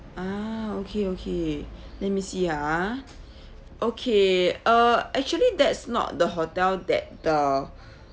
ah okay okay let me see ah okay uh actually that's not the hotel that the